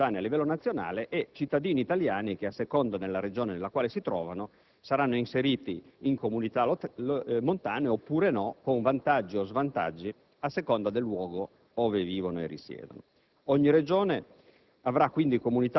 delle autonomie locali per quanto riguarda le comunità montane a livello nazionale e i cittadini italiani, a seconda della Regione nella quale si trovano, saranno inseriti in comunità montane oppure no, con vantaggi o svantaggi a seconda del luogo dove vivono e risiedono.